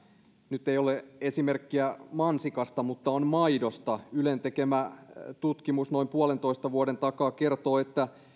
nyt ei ole esimerkkiä mansikasta mutta on maidosta ylen tekemä tutkimus noin puolentoista vuoden takaa kertoo että